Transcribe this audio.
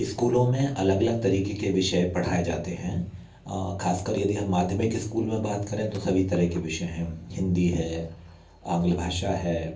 स्कूलों में अलग अलग तरीके के विषय पढ़ाए जाते हैं खासकर यदि हम माध्यमिक स्कूल में बात करें तो सभी तरह के विषय हैं हिंदी है अगले भाषा है